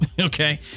okay